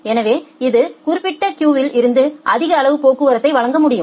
எனவே அது குறிப்பிட்ட கியூயில் இருந்து அதிக அளவு போக்குவரத்தை வழங்க முடியும்